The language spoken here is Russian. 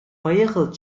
поехал